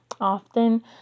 often